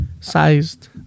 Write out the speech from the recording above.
sized